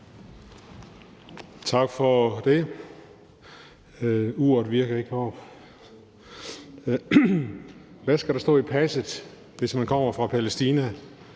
Tak for det. Uret heroppe virker ikke. Hvad skal der stå i passet, hvis man kommer fra Palæstina?